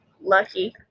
Lucky